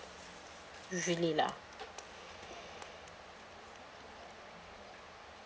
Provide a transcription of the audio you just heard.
usually lah